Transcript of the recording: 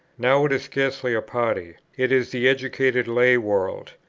now it is scarcely a party it is the educated lay world.